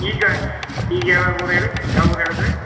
ಈಗ ಈಗ ಯಾವ್ಯಾವ ಊರು ಹೇಳಿ ಯಾವ ಊರು ಹೇಳಿದ್ರಿ